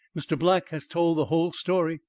mr. black has told the whole story,